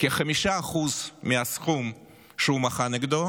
כ-5% מהסכום שהוא מחה נגדו